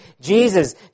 Jesus